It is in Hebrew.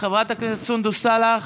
חברת הכנסת סונדוס סאלח,